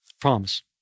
Promise